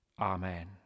Amen